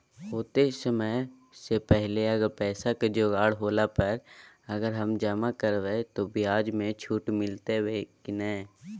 होतय समय से पहले अगर पैसा के जोगाड़ होला पर, अगर हम जमा करबय तो, ब्याज मे छुट मिलते बोया नय?